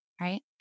right